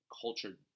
cultured